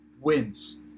wins